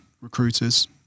recruiters